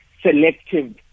selective